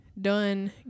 Done